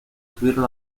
obtuvieron